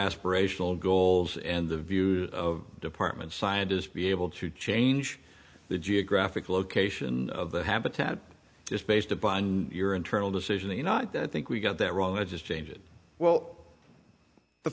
aspirational goals and the views of department scientists be able to change the geographic location of the habitat is based upon your internal decision you not that i think we got that wrong i just change it well